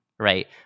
Right